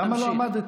למה לא עמדת?